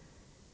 2 juni 1988